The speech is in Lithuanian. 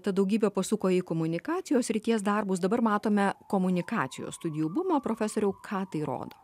tad daugybė pasuko į komunikacijos srities darbus dabar matome komunikacijos studijų bumą profesoriau ką tai rodo